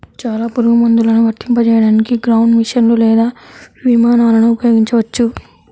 చాలా పురుగుమందులను వర్తింపజేయడానికి గ్రౌండ్ మెషీన్లు లేదా విమానాలను ఉపయోగించవచ్చు